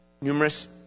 numerous